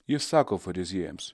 jis sako fariziejams